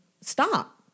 stop